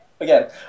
Again